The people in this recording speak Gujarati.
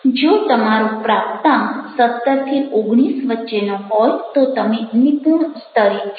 જો તમારો પ્રાપ્તાંક 17 19 વચ્ચેનો હોય તો તમે નિપુણ સ્તરે છો